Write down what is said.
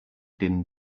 din